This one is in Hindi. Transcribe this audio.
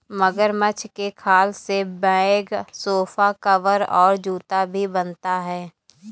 मगरमच्छ के खाल से बैग सोफा कवर और जूता भी बनता है